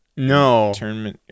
No